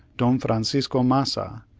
don francisco masa,